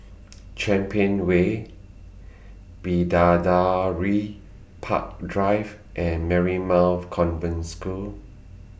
Champion Way Bidadari Park Drive and Marymount Convent School